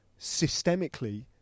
systemically